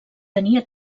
tenia